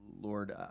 lord